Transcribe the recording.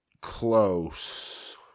Close